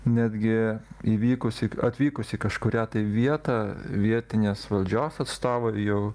netgi įvykus atvykus į kažkurią tai vietą vietinės valdžios atstovai jau